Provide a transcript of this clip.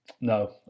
No